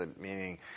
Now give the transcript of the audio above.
meaning